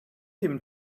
him